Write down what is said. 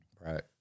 Right